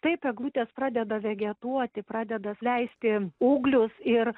taip eglutės pradeda vegetuoti pradeda leisti ūglius ir